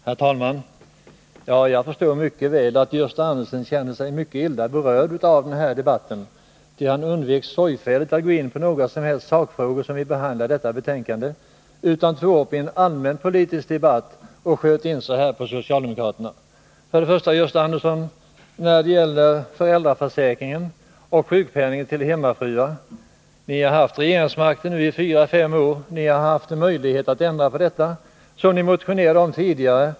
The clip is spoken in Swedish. Herr talman! Jag förstår mycket väl att Gösta Andersson känner sig illa berörd av den här debatten. Han undvek sorgfälligt att gå in på några som helst sakfrågor som behandlas i betänkandet utan tog i stället upp en allmänpolitisk debatt och sköt in sig på socialdemokraterna. Gösta Andersson talade om föräldraförsäkringen och sjukpenningen till hemmafruar. Ja, ni har haft regeringsmakten i fyra fem år nu och har haft möjlighet att genomföra det som ni motionerade om tidigare.